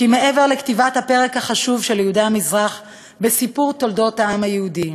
כי מעבר לכתיבת הפרק החשוב של יהודי המזרח בסיפור תולדות העם היהודי,